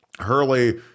hurley